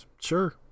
Sure